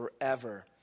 forever